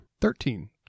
Thirteen